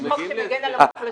הם לא ממשים דרך הוצאה לפועל.